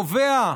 קובע,